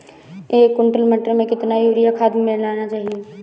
एक कुंटल मटर में कितना यूरिया खाद मिलाना चाहिए?